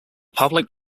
public